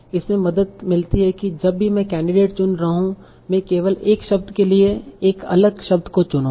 इसमें मदद मिलती है कि जब भी मैं कैंडिडेट चुन रहा हूं मैं केवल एक शब्द के लिए एक अलग शब्दों को चुनूंगा